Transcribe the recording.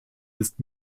ist